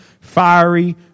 fiery